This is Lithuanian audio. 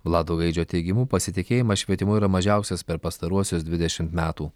vlado gaidžio teigimu pasitikėjimas švietimu yra mažiausias per pastaruosius dvidešimt metų